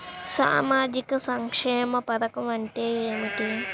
సామాజిక సంక్షేమ పథకం అంటే ఏమిటి?